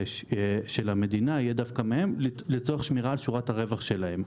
של המדינה יהיה דווקא מהם לצורך שמירה על שורת הרווח שלהם.